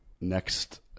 next